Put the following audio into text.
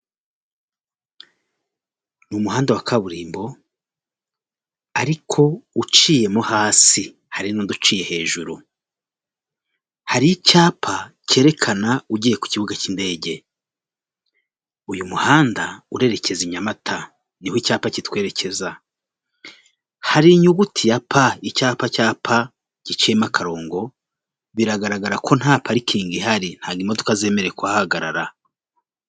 Ni umuhanda wa kaburimbo ariko uciyemo hasi, hari n'uduciye hejuru hari icyapa cyerekana ugiye ku kibuga cy'indege. Uyu muhanda urerekeza i Nyamata niho icyapa kitwerekeza. Hari inyuguti ya P, icyapa cya P giciyemo akarongo biragaragara ko nta parikingi ntago imodoka zemerewe kuhagarara.